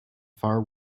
far